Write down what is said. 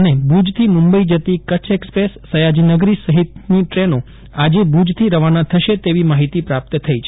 અને ભુજથી મુંબઈ જતી કચ્છ એક્સપ્રેસ સયાજીનગરી સહિતનો ટ્રેનો આજે ભુજથી રવાના થશે તેવી માહિતી પ્રાપ્ત થઇ છે